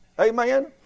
Amen